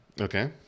Okay